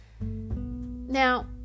now